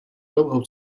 dlouhou